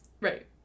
Right